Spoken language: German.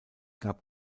gab